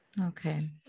Okay